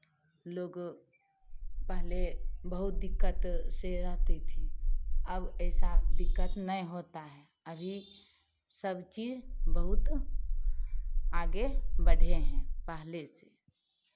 लोगों पहले बहुत दिक्कत से रहती थी अब ऐसा दिक्कत नहीं होता है अभी अभी सब चीज़ बहुत आगे बढ़े हैं पहले से